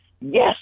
yes